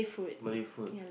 Malay food